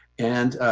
and